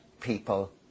people